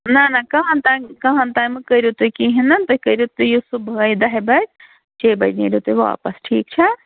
نَہ نَہ کہَن تانۍ کہَن تامہٕ کٔرِو تُہۍ کِہیٖنۍ نہٕ تُہۍ کٔرِو تُہۍ یِیِو صُبحٲے دَہِ بَج شےٚ بَجہِ نِرِو تُہۍ واپَس ٹھیٖک چھا